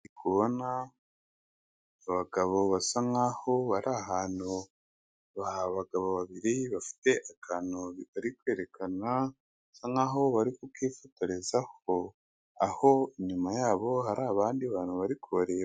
Ndi kubona abagabo basa nk'aho bari ahantu, abagabo babiri bafite akantu bari kwerekana, basa nk'aho bari kukifotorezaho, aho inyuma yabo hari abandi bantu bari kubareba.